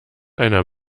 einer